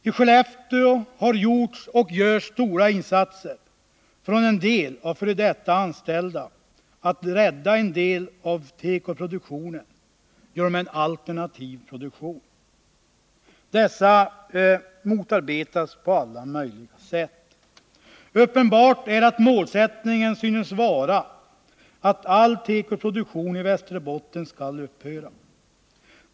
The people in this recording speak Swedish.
I Skellefteå har gjorts och görs stora insatser från en del f. d. anställda för att rädda något av tekoproduktionen genom en alternativ produktion. Dessa motarbetas på alla möjliga sätt. Uppenbart är att målsättningen synes vara att all tekoproduktion i Västerbotten skall upphöra.